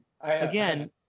again